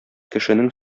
кешенең